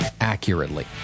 accurately